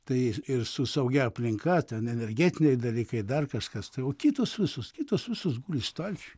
tai ir su saugia aplinka ten energetiniai dalykai dar kažkas tai o kitos visos kitos visos guli stalčiuj